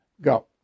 Go